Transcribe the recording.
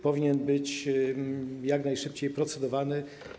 Powinien być jak najszybciej procedowany.